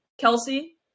Kelsey